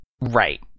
Right